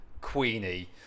Queenie